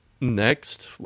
next